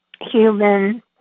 human